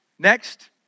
Next